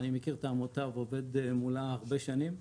אני מכיר את העמותה ועובד מולה הרבה שנים.